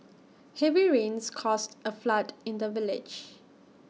heavy rains caused A flood in the village